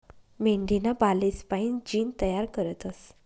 मेंढीना बालेस्पाईन जीन तयार करतस